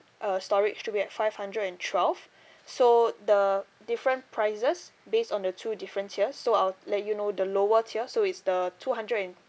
uh storage to be at five hundred and twelve so the different prices based on the two different tiers so I'll let you know the lower tier so is the two hundred and